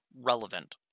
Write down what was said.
relevant